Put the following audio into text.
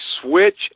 switch